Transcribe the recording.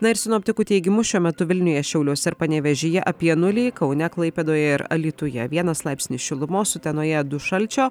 na ir sinoptikų teigimu šiuo metu vilniuje šiauliuose ir panevėžyje apie nulį kaune klaipėdoje ir alytuje vienas laipsnis šilumos utenoje du šalčio